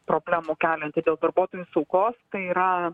problemų kelianti dėl darbuotojų saugos tai yra